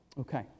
Okay